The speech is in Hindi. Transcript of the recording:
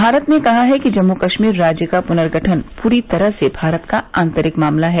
भारत ने कहा है कि जम्मू कश्मीर राज्य का पुर्नगठन पूरी तरह से भारत का आंतरिक मामला है